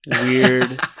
weird